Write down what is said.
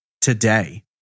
today